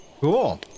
cool